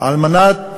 על מנת